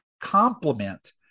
complement